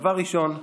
דבר ראשון,